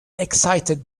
excited